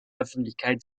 öffentlichkeit